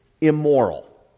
immoral